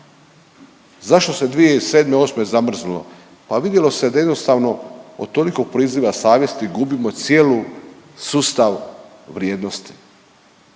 zašto se 2007., 8. zamrznulo? Pa vidjelo se da jednostavno od tolikog priziva savjesti gubimo cijelu sustav vrijednosti.